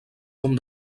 com